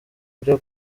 byo